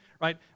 right